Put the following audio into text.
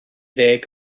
ddeg